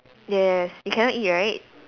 yes you cannot eat right